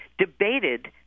debated